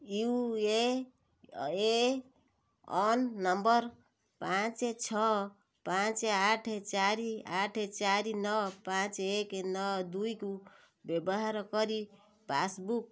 you A N number ପାଞ୍ଚ ଛଅ ପାଞ୍ଚ ଆଠ ଚାରି ଆଠ ଚାରି ନଅ ପାଞ୍ଚ ଏକ ନଅ ଦୁଇକୁ ବ୍ୟବହାର କରି ପାସ୍ବୁକ୍